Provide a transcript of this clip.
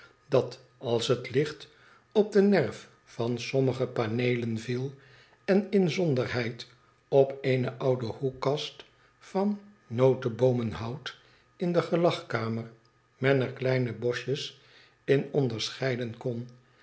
dat als het licht op de nerf van sommige paneelen viel en inzonderheid op eene oude hoekkast van noteboomenhout in de gelagkamer men er kleine boschjes in onderscheiden kon